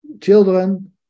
children